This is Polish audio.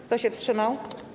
Kto się wstrzymał?